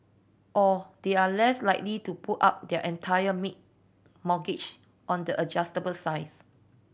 or they are less likely to put up their entire big mortgage on the adjustable sides